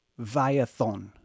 viathon